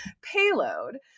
Payload